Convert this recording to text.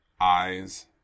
eyes